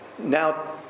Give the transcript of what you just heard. Now